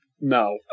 no